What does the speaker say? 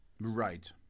Right